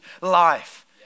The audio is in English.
life